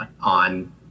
on